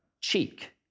cheek